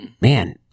man